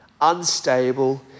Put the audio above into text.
unstable